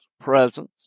presence